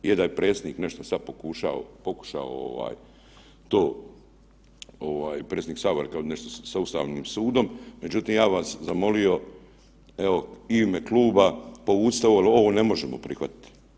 Je da je predsjednik nešto sad pokušao to, predsjednik Sabora kao nešto sa Ustavnim sudom, međutim, ja bih vas zamolio evo, i u ime kluba, povucite ovo jer ovo ne možemo prihvatiti.